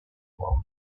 were